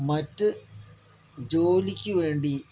മറ്റ് ജോലിക്ക് വേണ്ടി